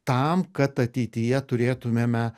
tam kad ateityje turėtumėme